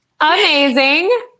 Amazing